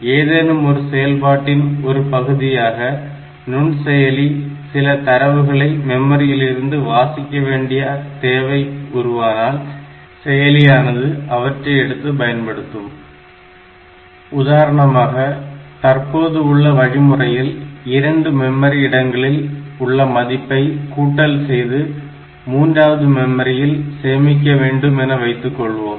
ஏதேனும் ஒரு செயல்பாட்டின் ஒரு பகுதியாக நுண்செயலி சில தரவுகளை மெமரியிலிருந்து வாசிக்கவேண்டிய தேவை உருவானால் செயலியானது அவற்றை எடுத்து பயன்படுத்தும் உதாரணமாக தற்போது உள்ள வழிமுறையில் 2 மெமரி இடங்களில் உள்ள மதிப்பை கூட்டல் செய்து மூன்றாவது மெமரியில் சேமிக்க வேண்டும் என வைத்துக்கொள்வோம்